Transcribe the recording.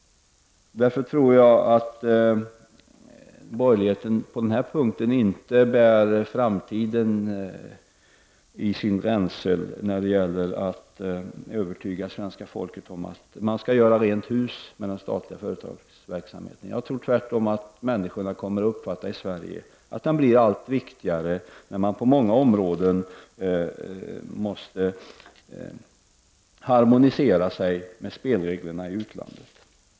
Därför tror jag att de borgerliga på den punkten inte bär framtiden i sin ränsel när det gäller att övertyga svenska folket om att man skall göra rent hus med de statliga företagens verksamhet. Jag tror tvärtom att människorna i Sverige kommer att uppfatta att de statliga företagen blir allt viktigare när man på många områden måste harmonisera sig med spelreglerna i utlandet.